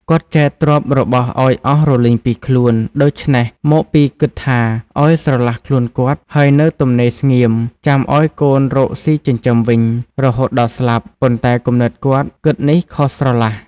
គាត់ចែកទ្រព្យរបស់ឱ្យអស់រលីងពីខ្លួន ដូច្នេះមកពីគិតថា ឱ្យស្រឡះខ្លួនគាត់ ហើយនៅទំនេរស្ងៀម ចាំឱ្យកូនរកស៊ីចិញ្ចឹមវិញ រហូតដល់ស្លាប់ ” ប៉ុន្តែគំនិតគាត់ គិតនេះខុសស្រឡះ ។